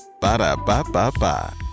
Ba-da-ba-ba-ba